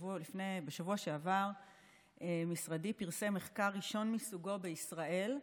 בשבוע שעבר משרדי פרסם מחקר ראשון מסוגו בישראל.